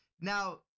now